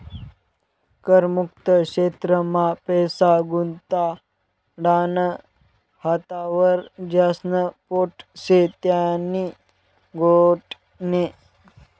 कर मुक्त क्षेत्र मा पैसा गुताडानं हातावर ज्यास्न पोट शे त्यानी गोट नै